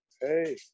Hey